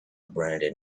abraded